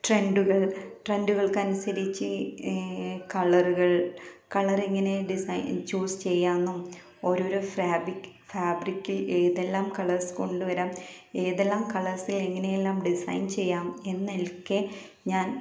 ട്രെൻഡുകൾ ട്രെഡുകൾക്കനുസരിച്ച് കളറുകൾ കളറെങ്ങനെ ഡിസൈൻ ചൂസ് ചെയ്യാമെന്നും ഓരോരോ ഫാബിക്ക് ഫാബ്രിക്കിൽ ഏതെല്ലാം കളേഴ്സ് കൊണ്ടുവരാം ഏതെല്ലാം കളേഴ്സിൽ എങ്ങനെയെല്ലാം ഡിസൈൻ ചെയ്യാം എന്നൊക്കെ ഞാൻ